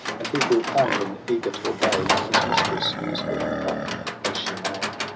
and he grew fond, and eager to obey his mistress, use her empire as she may.